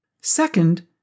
Second